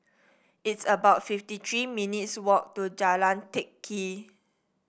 it's about fifty three minutes' walk to Jalan Teck Kee